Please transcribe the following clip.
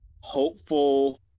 hopeful